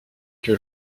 que